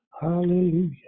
hallelujah